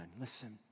Listen